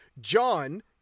John